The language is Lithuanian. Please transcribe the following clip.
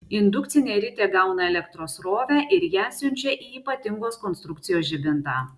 indukcinė ritė gauna elektros srovę ir ją siunčia į ypatingos konstrukcijos žibintą